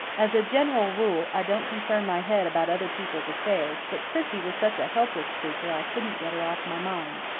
as a general rule, i don't concern my head about other people's affairs, but prissy was such a helpless creature i couldn't get her off my mind.